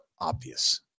obvious